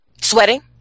Sweating